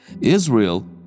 Israel